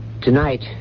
Tonight